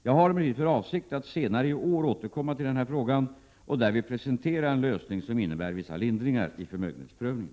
Jag har emellertid för avsikt att senare i år återkomma till denna fråga och därvid presentera en lösning som innebär vissa lindringar i förmögenhetsprövningen.